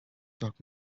doc